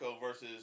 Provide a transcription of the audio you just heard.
versus